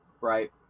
Right